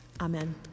Amen